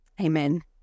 Amen